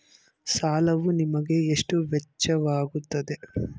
ಸಾಲವು ನಿಮಗೆ ಎಷ್ಟು ವೆಚ್ಚವಾಗುತ್ತದೆ?